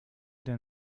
der